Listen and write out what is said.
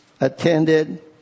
attended